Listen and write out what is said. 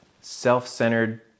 self-centered